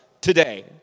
today